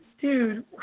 Dude